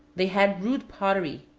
they had rude pottery,